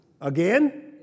Again